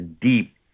deep